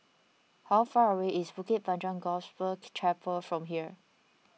how far away is Bukit Panjang Gospel Chapel from here